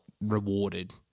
rewarded